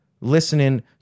listening